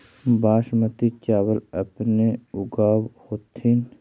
बासमती चाबल अपने ऊगाब होथिं?